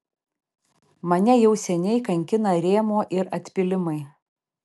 mane jau seniai kankina rėmuo ir atpylimai